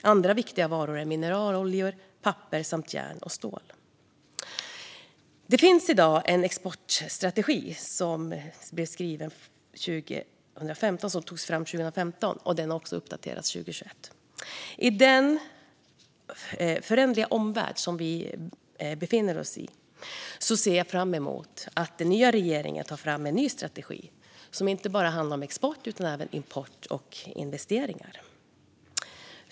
Andra viktiga varor är mineraloljor, papper samt järn och stål. Det finns i dag en exportstrategi som togs fram 2015 och uppdaterades 2021. I den föränderliga omvärld vi befinner oss i ser jag fram emot att den nya regeringen tar fram en ny strategi som inte bara handlar om export utan även om import och investeringar.